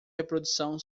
reprodução